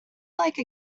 like